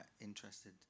interested